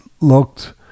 looked